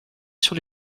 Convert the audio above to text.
sur